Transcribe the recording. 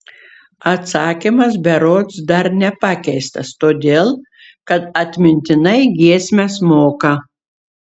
atsakymas berods dar nepakeistas todėl kad atmintinai giesmes moka